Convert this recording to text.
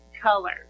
color